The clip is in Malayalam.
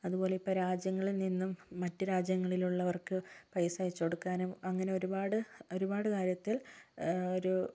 അതുപോലെ ഇപ്പം രാജ്യങ്ങളിൽ നിന്നും മറ്റ് രാജ്യങ്ങളിലുള്ളവർക്ക് പൈസ അയച്ചുകൊടുക്കാനും അങ്ങനെ ഒരുപാട് ഒരുപാട് കാര്യത്തിൽ ഒരു